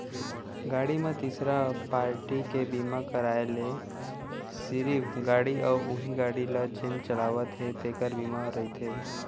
गाड़ी म तीसरा पारटी के बीमा कराय ले सिरिफ गाड़ी अउ उहीं गाड़ी ल जेन चलावत हे तेखर बीमा रहिथे